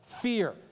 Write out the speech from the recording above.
fear